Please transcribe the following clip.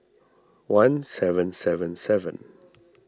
one seven seven seven